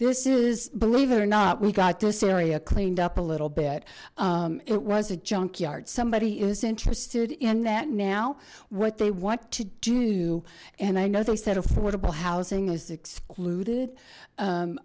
this is believe it or not we got this area cleaned up a little bit it was a junkyard somebody is interested in that now what they want to do and i know they said affordable housing is excluded